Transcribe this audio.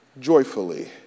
joyfully